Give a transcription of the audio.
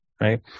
Right